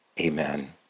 Amen